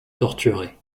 torturée